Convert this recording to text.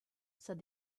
said